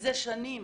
מזה שנים